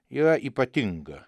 yra ypatinga